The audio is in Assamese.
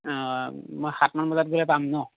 অঁ মই সাত মান বজাত গ'লে পাম ন